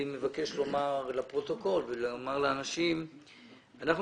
אני מבקש לומר לפרוטוקול ולומר לאנשים שאנחנו